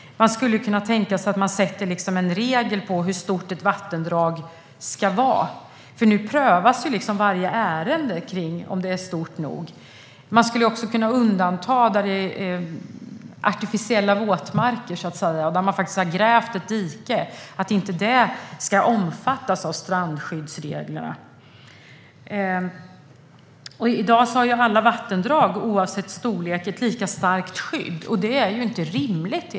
Man skulle kunna tänka sig att regler införs för hur stort ett vattendrag ska vara. Nu prövas i varje ärende om vattendraget är stort nog. Artificiella våtmarker skulle kunna undantas, och man kan tänka sig att till exempel ett grävt dike inte omfattas av strandskyddsreglerna. I dag har alla vattendrag, oavsett storlek, ett lika starkt skydd. Det är egentligen inte rimligt.